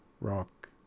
Rock